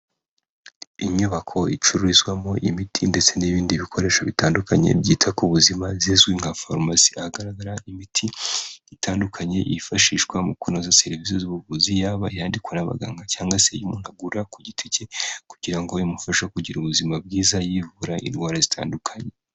Inyubako icururizwamo imiti ndetse n'ibindi bikoresho bitandukanye byita ku buzima zizwi nka farumasi ahagaragara imiti itandukanye yifashishwa mu kunoza serivisi z'ubuvuzi yaba iyandikwa n'abaganga cyangwa se iyo umuntu agura ku giti cye kugira ngo imufashe kugira ubuzima bwiza yivura indwara zitandukanye.